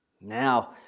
Now